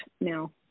Now